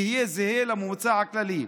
יהיה זהה לממוצע הכללי.